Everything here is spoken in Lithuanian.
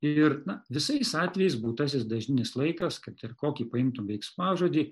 ir visais atvejais būtasis dažninis laikas kad ir kokį paimtum veiksmažodį